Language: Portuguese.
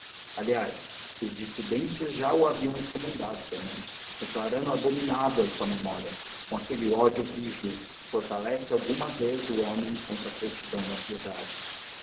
aliás os dissidentes já o haviam excomungado também declarando abominável a sua memória com aquele ódio rijo que fortalece alguma vez o homem contra a frouxidão da piedade